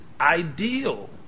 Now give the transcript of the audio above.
ideal